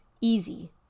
easy